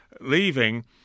leaving